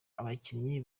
abakinyi